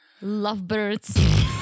lovebirds